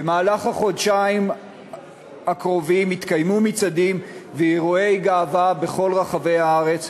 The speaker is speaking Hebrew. במהלך החודשיים הקרובים יתקיימו מצעדים ואירועי גאווה בכל רחבי הארץ,